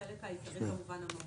החלק העיקרי כמובן, המהות,